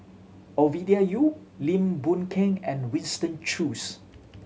Ovidia Yu Lim Boon Keng and Winston Choos